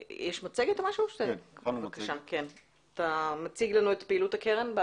אתה מציג לנו את פעילות הקרן?